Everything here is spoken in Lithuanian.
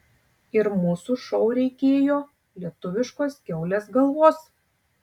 ir mūsų šou reikėjo lietuviškos kiaulės galvos